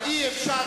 יש אנשים